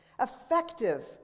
Effective